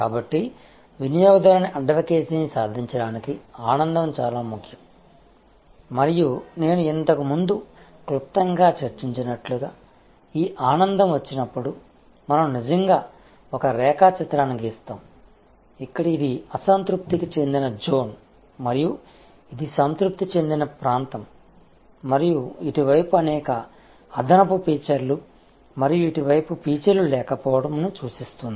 కాబట్టి వినియోగదారుని అడ్వకెసీని సాధించడానికి ఆనందం చాలా ముఖ్యం మరియు నేను ఇంతకు ముందు క్లుప్తంగా చర్చించినట్లుగా ఈ ఆనందం వచ్చినప్పుడు మనం నిజంగా ఒక రేఖాచిత్రాన్ని గీస్తాము ఇక్కడ ఇది అసంతృప్తి చెందిన జోన్ మరియు ఇది సంతృప్తి చెందిన ప్రాంతం మరియు ఇటువైపు అనేక అదనపు ఫీచర్లు మరియు ఇటువైపు ఫీచర్లు లేకపోవడం ని సూచిస్తుంది